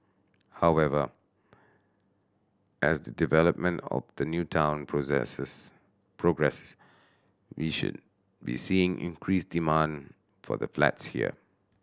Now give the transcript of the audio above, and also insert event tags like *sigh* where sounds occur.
however as the development of the new town *unintelligible* progresses we should be seeing increased demand for the flats here